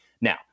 Now